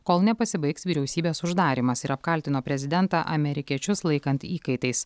kol nepasibaigs vyriausybės uždarymas ir apkaltino prezidentą amerikiečius laikant įkaitais